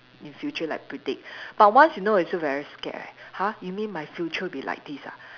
in future like predict but once you know you feel very scared eh !huh! you mean my future will be like this ah